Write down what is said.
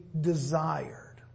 desired